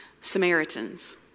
Samaritans